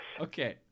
okay